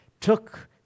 took